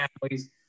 families